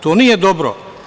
To nije dobro.